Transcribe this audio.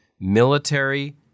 military